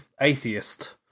atheist